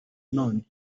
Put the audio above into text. none